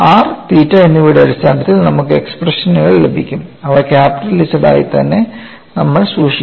R തീറ്റ എന്നിവയുടെ അടിസ്ഥാനത്തിൽ നമുക്ക് എക്സ്പ്രഷനുകൾ ലഭിക്കും അവ ക്യാപിറ്റൽ Z ആയി തന്നെ നമ്മൾ സൂക്ഷിക്കും